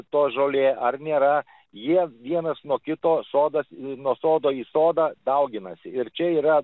to žolė ar nėra jie vienas nuo kito sodas nuo sodo į sodą dauginasi ir čia yra